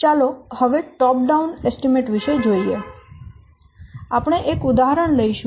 ચાલો હવે top down અંદાજ વિશે જોઈએ આપણે એક ઉદાહરણ લઈશું